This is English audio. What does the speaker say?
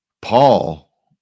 Paul